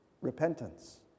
repentance